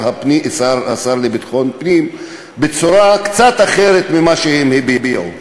השר לביטחון פנים, בצורה קצת אחרת ממה שהם הביעו.